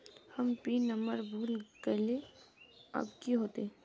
हम pin number भूल गलिऐ अब की होते?